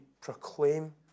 proclaim